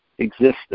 existence